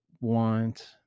want